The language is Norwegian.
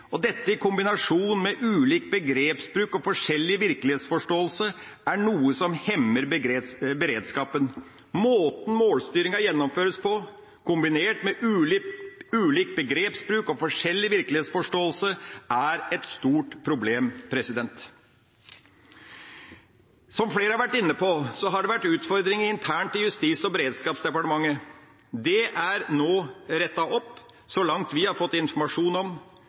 målstyring. Dette i kombinasjon med ulik begrepsbruk og forskjellig virkelighetsforståelse er noe som hemmer beredskapen. Måten målstyringa gjennomføres på, kombinert med ulik begrepsbruk og forskjellig virkelighetsforståelse, er et stort problem. Som flere har vært inne på, har det vært utfordringer internt i Justis- og beredskapsdepartementet. Det er nå rettet opp, så langt vi har fått informasjon om.